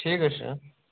ٹھیٖک حظ چھِ